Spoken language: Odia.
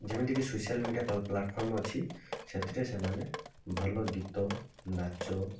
ଯେମିତି କି ସୋସିଆଲ୍ ମିଡ଼ିଆ ପ୍ଲାଟଫର୍ମ୍ ଅଛି ସେଥିରେ ସେମାନେ ଭଲ ଗୀତ ନାଚ